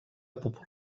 popular